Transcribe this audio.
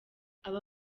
aba